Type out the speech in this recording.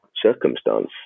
circumstance